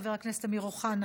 חבר הכנסת אמיר אוחנה,